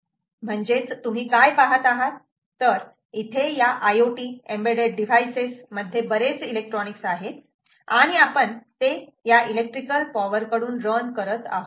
म्हणजेच तुम्ही काय पाहत आहात तर इथे या IoT एम्बेड्डेड डिव्हाइसेस मध्ये बरेच इलेक्ट्रॉनिक्स आहे आणि आपण ते या इलेक्ट्रिकल पॉवर कडून रन करत आहोत